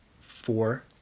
Four